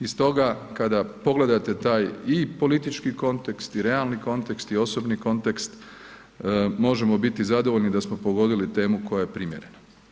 I stoga kada pogledate taj i politički kontekst i realni kontekst i osobni kontekst možemo biti zadovoljni da smo pogodili temu koja je primjerena.